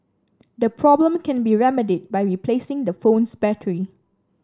the problem can be remedied by replacing the phone's battery